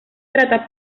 trata